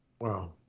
Wow